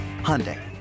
Hyundai